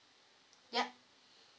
ya